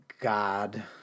God